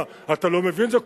מה, אתה לא מבין את זה?